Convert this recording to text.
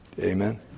Amen